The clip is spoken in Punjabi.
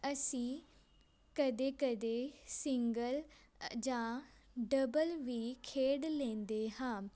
ਅਸੀਂ ਕਦੇ ਕਦੇ ਸਿੰਗਲ ਜਾਂ ਡਬਲ ਵੀ ਖੇਡ ਲੈਂਦੇ ਹਾਂ